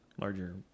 larger